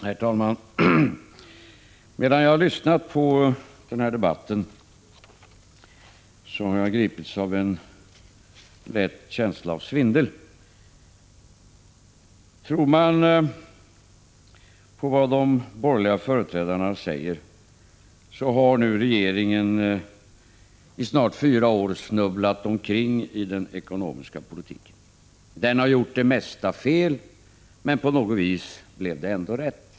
Herr talman! Medan jag har lyssnat på debatten har jag gripits av en lätt känsla av svindel. Skall man tro på vad de borgerliga företrädarna har sagt så har regeringen i nu snart fyra år snubblat omkring i den ekonomiska politiken. Den har gjort det mesta fel, men på något vis blev det ändå rätt.